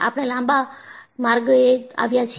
આપણે લાંબા માર્ગે આવ્યા છીએ